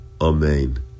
Amen